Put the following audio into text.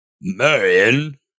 Marion